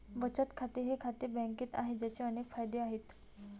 बचत खाते हे खाते बँकेत आहे, ज्याचे अनेक फायदे आहेत